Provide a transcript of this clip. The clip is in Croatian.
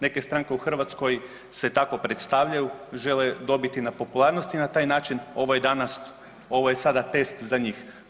Neke stranke u Hrvatskoj se tako predstavljaju, žele dobiti na popularnosti, na taj način ovo je danas, ovo je sada test za njih.